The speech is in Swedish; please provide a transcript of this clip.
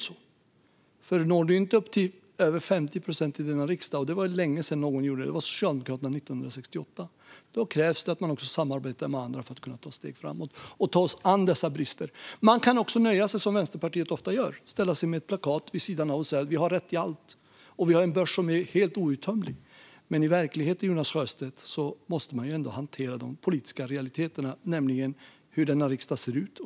Når man inte upp till 50 procent i denna riksdag, vilket det var länge sedan någon gjorde - det var Socialdemokraterna 1968 - krävs det att man samarbetar med andra för att kunna ta steg framåt och ta sig an dessa brister. Man kan också nöja sig med att, som Vänsterpartiet ofta gör, ställa sig med ett plakat vid sidan om och säga: Vi har rätt i allt, och vi har en börs som är helt outtömlig. Men i verkligheten måste man, Jonas Sjöstedt, ändå hantera de politiska realiteterna, nämligen hur denna riksdag ser ut.